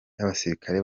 y’abasirikare